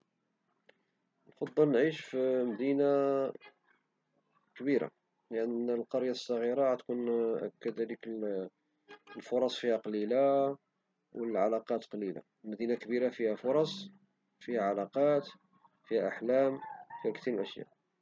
نفضل نعيش في مدينة كبيرة، لأن القرية الصغيرة تكون كذلك الفرص فيها قليلة والعلاقات قليلة، المدينة الكبيرة فيها فرص فيها علاقات فيها أحلام وكثير من الأشياء.